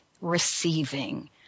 receiving